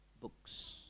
books